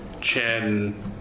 Chen